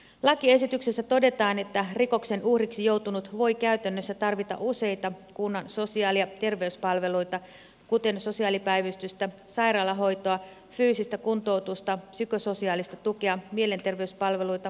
lakiesityksessä todetaan että rikoksen uhriksi joutunut voi käytännössä tarvita useita kunnan sosiaali ja terveyspalveluita kuten sosiaalipäivystystä sairaalahoitoa fyysistä kuntoutusta psykososiaalista tukea mielenterveyspalveluita sekä toimeentulotukea